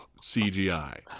CGI